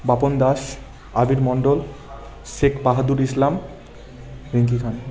Bapan Das Abir Mondal Sheikh Bahadur Islam Pinki Khan